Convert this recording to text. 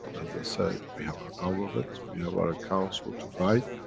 as i said, we have our government, we have our ah council to guide.